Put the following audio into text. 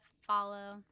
follow